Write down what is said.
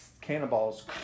cannonballs